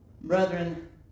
Brethren